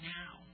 now